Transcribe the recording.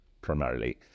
primarily